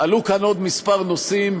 עלו כאן עוד כמה נושאים.